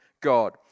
God